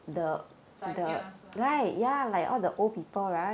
zai kias lah